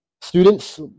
students